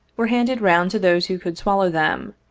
were handed round to those who could swallow them,